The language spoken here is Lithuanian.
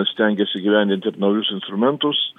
stengiasi įgyvendinti ir naujus instrumentus